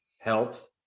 health